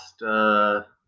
last